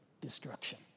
destruction